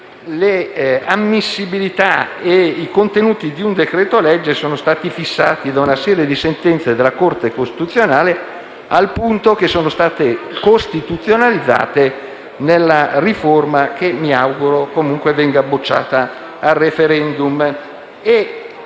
le ammissibilità e i contenuti di un decreto-legge sono stati fissati da una serie di sentenze della Corte costituzionale, al punto che sono stati costituzionalizzati nella riforma, che mi auguro comunque venga bocciata al *referendum*.